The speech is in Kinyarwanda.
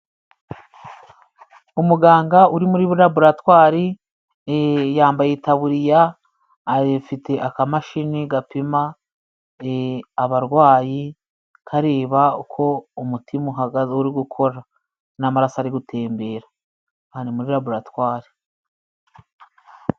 Umuganga uri muri laboratwari, yambaye itaburiya afite akamashini gapima abarwayi kareba uko umutima uhagaze uri gukora n'amaraso ari gutembera. Ari muri laboratware.